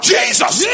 Jesus